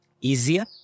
easier